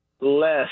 less